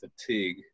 fatigue